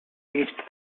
reached